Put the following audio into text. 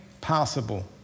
possible